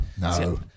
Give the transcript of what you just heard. no